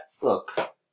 look